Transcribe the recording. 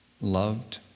loved